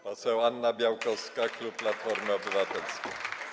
Poseł Anna Białkowska, klub Platforma Obywatelska.